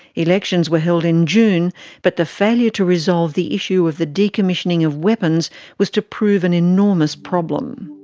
elections were held in june but the failure to resolve the issue of the decommissioning of weapons was to prove an enormous problem.